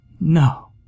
No